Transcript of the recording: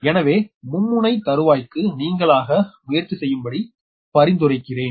எனவே மும்முனை தறுவாய்க்கு நீங்களாக முயற்சி செய்யும்படி பரிந்துரைக்கிறேன்